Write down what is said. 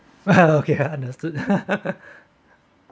okay I understood